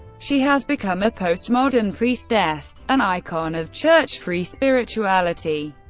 she has become a postmodern priestess an icon of church-free spirituality.